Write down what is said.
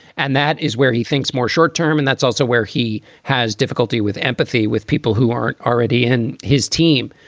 and that is where he thinks more short term. and that's also where he has difficulty with empathy with people who aren't already in his team.